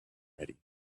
ready